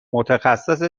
متخصص